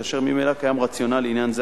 כאשר ממילא קיים רציונל לעניין זה,